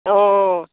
অঁ